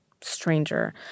stranger